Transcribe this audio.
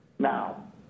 Now